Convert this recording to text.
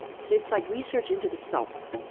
it's it's like research into the self.